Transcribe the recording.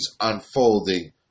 unfolding